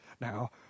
Now